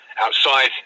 outside